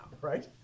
right